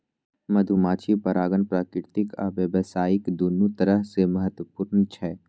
मधुमाछी परागण प्राकृतिक आ व्यावसायिक, दुनू तरह सं महत्वपूर्ण छै